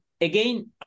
Again